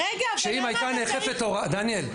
דניאל,